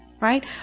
Right